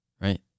Right